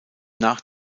nach